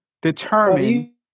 determine